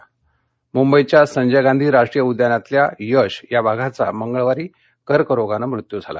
वाघ मत्य मुंबईच्या संजय गांधी राष्ट्रीय उद्यानातल्या यश या वाघाचा मंगळवारी कर्करोगानं मृत्यू झाला